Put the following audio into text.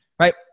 right